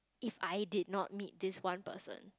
if I did not meet this one person